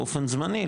באופן זמני,